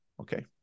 Okay